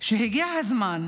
שהגיע הזמן